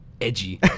edgy